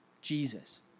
Jesus